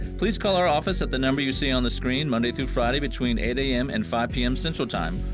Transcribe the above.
please call our office at the number you see on the screen monday thru friday, between eight am and five pm central time,